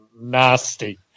nasty